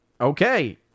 okay